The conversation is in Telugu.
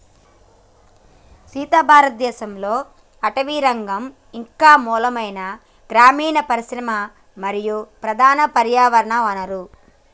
సీత భారతదేసంలో అటవీరంగం ఇంక మూలమైన గ్రామీన పరిశ్రమ మరియు ప్రధాన పర్యావరణ వనరు